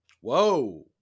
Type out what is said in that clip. Whoa